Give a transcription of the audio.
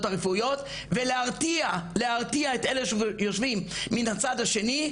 הרפואיות ולהרתיע את אלה שיושבים מן הצד השני,